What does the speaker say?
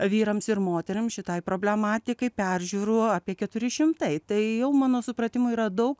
vyrams ir moterims šitai problematikai peržiūrų apie keturi šimtai tai jau mano supratimu yra daug